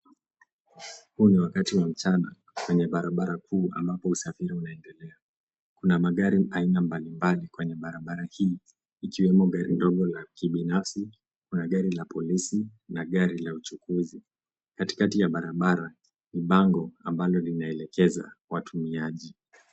Huu ni wakati wa mchana kwenye barabara kuu ambapo usafiri unaendelea. Kuna magari aina mbalimbali kwenye barabara hii ikiwemo gari ndogo la kibinafsi, kuna gari la polisi na gari la uchukuzi. Katikati ya barabara ni bango ambalo linaelekeza watumiaji.